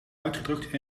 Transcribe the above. uitgedrukt